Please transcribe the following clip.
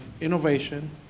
innovation